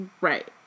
Right